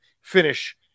finish